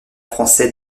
français